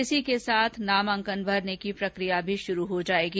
इसी के साथ नामांकन भरने की प्रकिया भी शुरू हो जायेगी